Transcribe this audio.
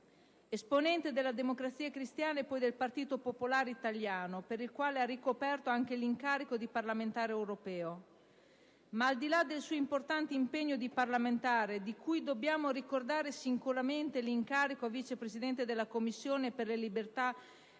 esponente della Democrazia cristiana e poi del Partito popolare italiano, per il quale ha ricoperto anche l'incarico di parlamentare europeo. Ma, al di là del suo importante impegno di parlamentare, di cui dobbiamo ricordare sicuramente l'incarico a Vice Presidente della Commissione per le libertà